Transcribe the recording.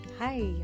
Hi